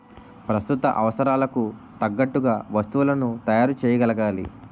ప్రస్తుత అవసరాలకు తగ్గట్టుగా వస్తువులను తయారు చేయగలగాలి